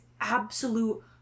absolute